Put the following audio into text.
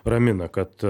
ramina kad